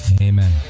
Amen